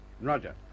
Roger